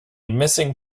missing